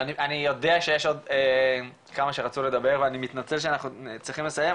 אני יודע שיש עוד כמה שרצו לדבר ואני מתנצל שאנחנו צריכים לסיים,